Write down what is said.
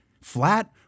Flat